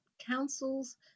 councils